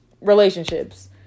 relationships